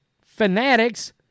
Fanatics